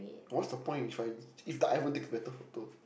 what's the point in trying if the iPhone takes better photo